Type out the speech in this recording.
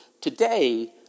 Today